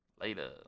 later